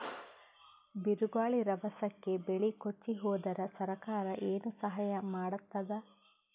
ಬಿರುಗಾಳಿ ರಭಸಕ್ಕೆ ಬೆಳೆ ಕೊಚ್ಚಿಹೋದರ ಸರಕಾರ ಏನು ಸಹಾಯ ಮಾಡತ್ತದ?